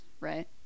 right